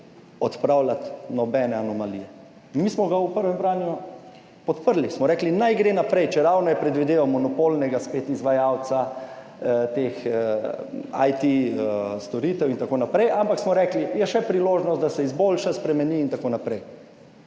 odpravljati nobene anomalije. Mi smo ga v prvem branju podprli, smo rekli, naj gre naprej, če ravno je predvideval monopolnega spet izvajalca teh IT storitev in tako naprej, ampak smo rekli, je še priložnost, da se izboljša, spremeni in tako naprej.